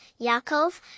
Yaakov